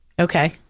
Okay